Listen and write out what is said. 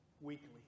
weekly